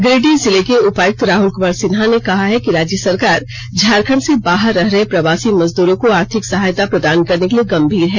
गिरिडीह जिले के उपायुक्त राहुल कुमार सिन्हा ने कहा है कि राज्य सरकार झारखंड से बाहर रह रहे प्रवासी मजदूरों को आर्थिक सहायता प्रदान करने के लिए गम्मीर है